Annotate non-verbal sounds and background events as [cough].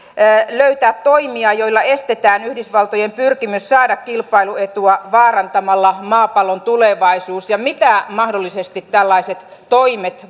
löytää toimia joilla estetään yhdysvaltojen pyrkimys saada kilpailuetua vaarantamalla maapallon tulevaisuus ja mitä mahdollisesti tällaiset toimet [unintelligible]